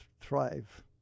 thrive